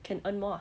can earn more ah